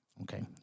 Okay